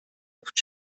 luft